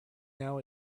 now